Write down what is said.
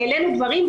העלינו דברים,